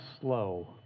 slow